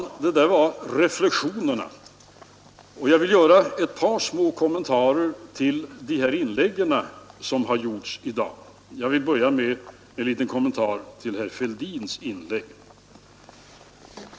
Det där var reflexionerna, och jag vill nu göra ett par små kommentarer till de inlägg som gjorts i dag. Jag vill börja med en liten kommentar till herr Fälldins inlägg.